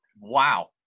wow